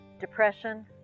Depression